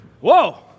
Whoa